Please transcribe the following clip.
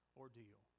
ordeal